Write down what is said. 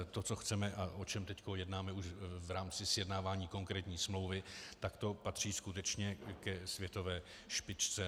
To, co chceme a o čem teď jednáme už v rámci sjednávání konkrétní smlouvy, to patří skutečně ke světové špičce.